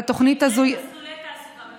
כזאת בתמ"ס, שנקראת מסלולי תעסוקה.